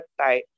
website